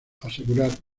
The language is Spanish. asegurar